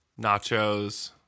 nachos